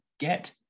get